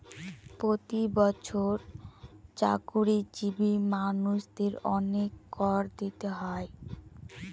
প্রতি বছর চাকরিজীবী মানুষদের অনেক কর দিতে হয়